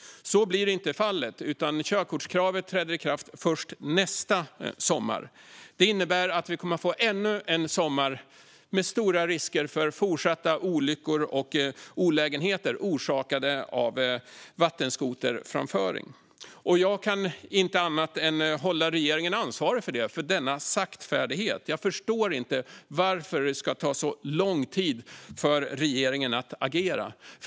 Så blir inte fallet. Körkortskravet träder i kraft först nästa sommar. Det innebär att vi kommer att få ännu en sommar med stora risker för fortsatta olyckor och olägenheter orsakade av framföring av vattenskoter. Jag kan inte annat än hålla regeringen ansvarig för denna saktfärdighet. Jag förstår inte varför det ska ta så lång tid för regeringen att agera.